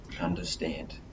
understand